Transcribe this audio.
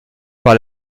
par